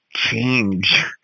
change